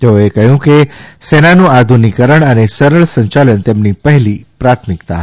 તેઓએ કહ્યું કે સેનાનું આધુનિકરણ અને સરળ સંચાલન તેમની પહેલી પ્રાથમિકતા હશે